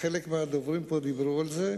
וחלק מהדוברים פה דיברו על זה.